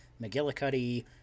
McGillicuddy